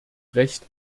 recht